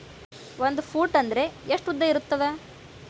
ಒಂದು ಫೂಟ್ ಅಂದ್ರೆ ಎಷ್ಟು ಉದ್ದ ಇರುತ್ತದ?